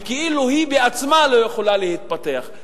וכאילו היא בעצמה לא יכולה להתפתח.